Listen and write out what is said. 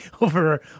over